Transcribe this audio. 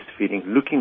looking